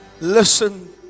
listen